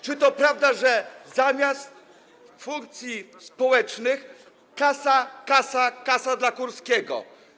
Czy to prawda, że zamiast funkcji społecznych kasa, kasa, kasa dla Kurskiego?